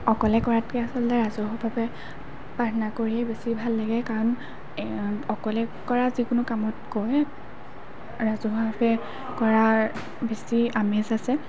অকলে কৰাতকৈ আচলতে ৰাজহুৱাভাৱে প্ৰাৰ্থনা কৰিয়েই বেছি ভাল লাগে কাৰণ অকলে কৰা যিকোনো কামতকৈ ৰাজহুৱাভাৱে কৰাৰ বেছি আমেজ আছে